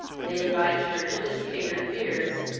they advised her to dissipate her fears,